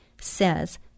says